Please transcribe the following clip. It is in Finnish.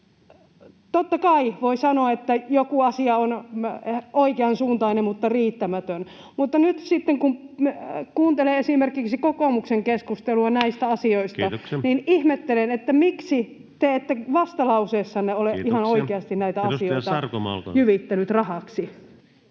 Totta kai voi sanoa, että joku asia on oikeansuuntainen mutta riittämätön, mutta nyt kun kuuntelee esimerkiksi kokoomuksen keskustelua näistä asioista, [Puhemies: Kiitoksia!] niin ihmettelen, miksi te ette vastalauseessanne ole ihan oikeasti [Puhemies: Kiitoksia!] näitä asioita jyvittänyt rahaksi?